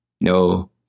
no